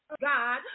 God